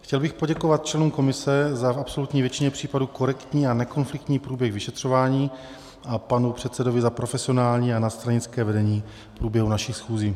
Chtěl bych poděkovat členům komise za v absolutní většině případů korektní a nekonfliktní průběh vyšetřování a panu předsedovi za profesionální a nadstranické vedení v průběhu našich schůzí.